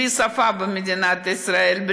בלי שפה במדינת ישראל,